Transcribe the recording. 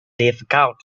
difficult